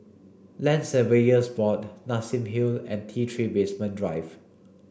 Land Surveyors Board Nassim Hill and T three Basement Drive